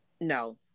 No